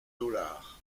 dollars